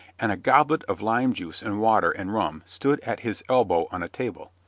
and a goblet of lime juice and water and rum stood at his elbow on a table.